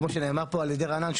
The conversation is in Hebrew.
כמו שנאמר פה על ידי רענן,